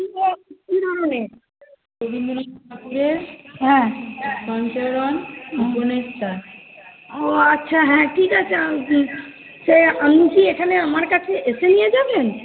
রবীন্দ্রনাথ ঠাকুরের হ্যাঁ ও আচ্ছা হ্যাঁ ঠিক আছে সে আপনি কি এখানে আমার কাছে এসে নিয়ে যাবেন